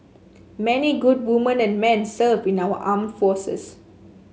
many good women and men serve in our armed forces